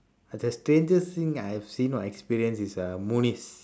the strangest thing I have seen or experienced is ah munice